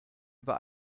über